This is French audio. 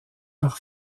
par